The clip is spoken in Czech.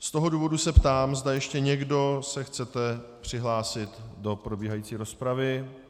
Z toho důvodu se ptám, zda ještě někdo se chcete přihlásit do probíhající rozpravy.